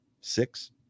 six